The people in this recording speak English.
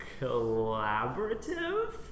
collaborative